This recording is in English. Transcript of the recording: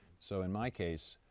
so in my case,